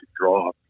draw